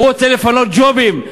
הוא רוצה לפנות ג'ובים,